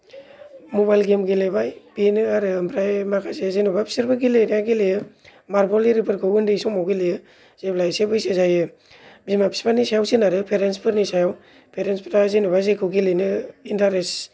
mobile game गेलेबाय बेनो आरो ओमफ्राय माखासे जेन'बा बिसोरबो गेलेनाया गेलेयो मार्बल एरि फोरखौ उन्दै समाव गेलेयो जेब्ला एसे बैसो जायो बिमा बिफानि सायाव सोनारो पेरेन्टसफोरनि सायाव पेरेन्टसफोरा जेखौ गेलेनो इन्टारेस्ट